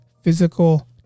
physical